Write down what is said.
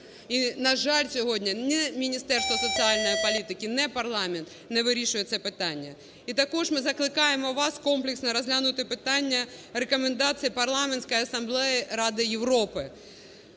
І на жаль, сьогодні ні Міністерство соціальної політики, ні парламент не вирішують це питання. І також ми закликаємо вас комплексно розглянути питання рекомендацій Парламентської асамблеї Ради Європи,